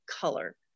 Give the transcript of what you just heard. color